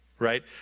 Right